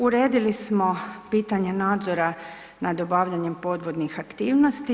Uredili smo pitanje nadzora nad obavljanjem podvodnih aktivnosti.